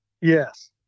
Yes